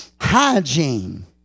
Hygiene